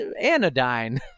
anodyne